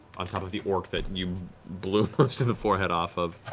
on top of the orc that and you blew most of the forehead off of.